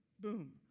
boom